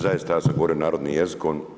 Zaista ja sad govorim narodnim jezikom.